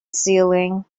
ceiling